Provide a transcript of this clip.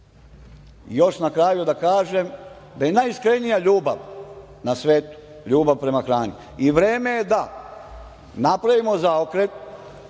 na kraju da kažem da je najiskrenija ljubav na svetu, ljubav prema hrani i vreme je da napravimo zaokret,